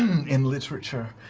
in literature.